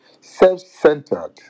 self-centered